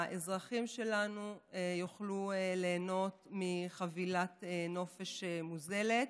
האזרחים שלנו יוכלו ליהנות מחבילת נופש מוזלת.